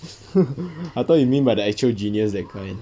I thought you mean by the actual genius that kind